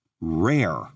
rare